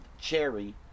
cherry